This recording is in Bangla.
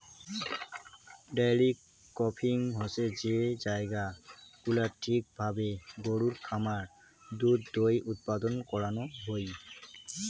ডায়েরি ফার্মিং হসে যে জায়গা গুলাত ঠিক ভাবে গরুর খামার থুই দুধ উৎপাদন করানো হুই